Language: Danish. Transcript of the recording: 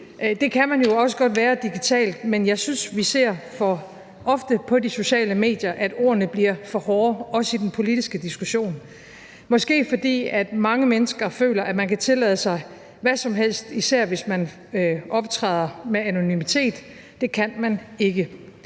Det kan man jo også godt være digitalt, men jeg synes, vi ser for ofte på de sociale medier, at ordene bliver for hårde, også i den politiske diskussion, måske fordi mange mennesker føler, at man kan tillade sig hvad som helst, især hvis man optræder med anonymitet. Det kan man ikke,